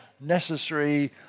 necessary